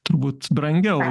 turbūt brangiau